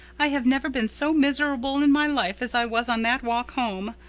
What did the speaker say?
i have never been so miserable in my life as i was on that walk home.